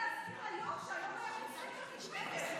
רציתי להזכיר ליושב-ראש שהיום היה פה סקר מטוויטר.